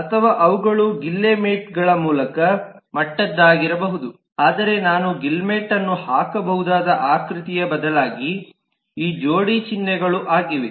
ಅಥವಾ ಅವುಗಳು ಗಿಲ್ಲೆಮೆಟ್ಗಳ ಮೂಲಕ ಮಟ್ಟದ್ದಾಗಿರಬಹುದು ಅಂದರೆ ನಾನು ಗಿಲ್ಲೆಮೆಟ್ ಅನ್ನು ಹಾಕಬಹುದಾದ ಆಕೃತಿಯ ಬದಲಾಗಿ ಈ ಜೋಡಿ ಚಿಹ್ನೆಗಳು ಆಗಿವೆ